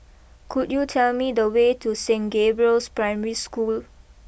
could you tell me the way to Saint Gabriel's Primary School